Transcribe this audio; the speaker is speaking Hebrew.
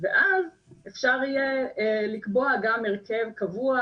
ואז אפשר יהיה לקבוע גם הרכב קבוע,